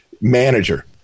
manager